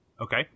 Okay